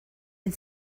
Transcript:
had